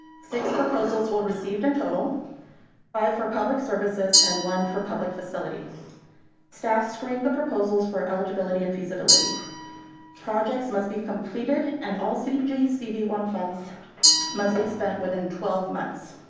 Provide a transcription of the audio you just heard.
six proposals will received and total five for public services. and one for public facility staff screened the proposals for eligibility and feasibility projects must be completed. and all cdbg has cv. one funds must be spent within twelve months.